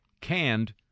canned